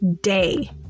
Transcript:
day